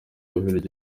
bubiligi